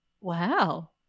Wow